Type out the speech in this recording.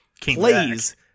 plays